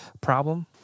problem